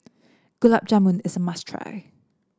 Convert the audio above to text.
Gulab Jamun is a must try